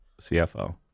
CFO